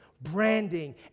Branding